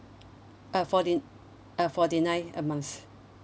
uh forty uh forty nine a month